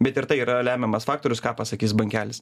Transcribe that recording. bet ir tai yra lemiamas faktorius ką pasakys bankelis